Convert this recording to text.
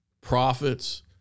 prophets